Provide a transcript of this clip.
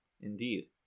Indeed